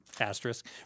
asterisk